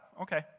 okay